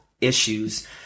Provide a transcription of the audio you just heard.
issues